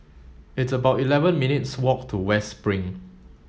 it's about eleven minutes' walk to West Spring